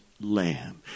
lamb